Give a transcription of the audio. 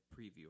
preview